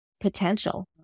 potential